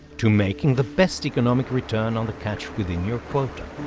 to making the best economic return on the catch within your quota.